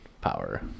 power